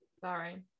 Sorry